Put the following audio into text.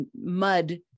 mud